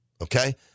Okay